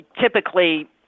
typically